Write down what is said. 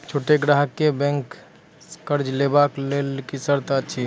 छोट ग्राहक कअ बैंक सऽ कर्ज लेवाक लेल की सर्त अछि?